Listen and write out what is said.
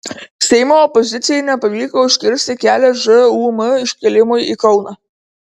seimo opozicijai nepavyko užkirsti kelio žūm iškėlimui į kauną